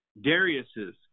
Darius's